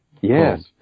Yes